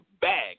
bag